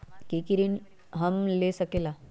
की की ऋण हम ले सकेला?